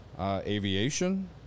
aviation